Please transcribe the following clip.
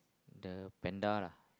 the panda lah